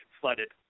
flooded